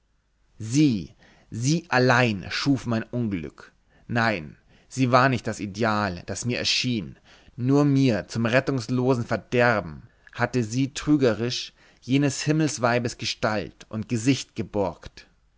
sie sie allein schuf mein unglück nein sie war nicht das ideal das mir erschien nur mir zum rettungslosen verderben hatte sie trügerisch jenes himmelsweibes gestalt und gesicht geborgt